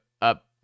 up